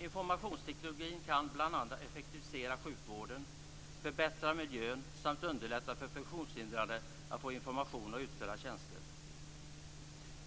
Informationstekniken kan bl.a. effektivisera sjukvården, förbättra miljön samt underlätta för funktionshindrade att få information och utföra tjänster.